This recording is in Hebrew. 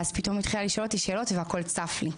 ואז פתאום התחילו לשאול אותי שאלות והכול צף לי.